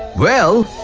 well,